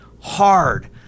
hard